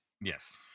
Yes